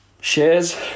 Shares